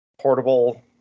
portable